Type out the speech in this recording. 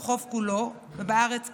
ברחוב כולו ובארץ כולה.